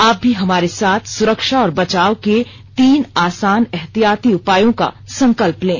आप भी हमारे साथ सुरक्षा और बचाव के तीन आसान एहतियाती उपायों का संकल्प लें